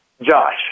Josh